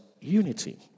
unity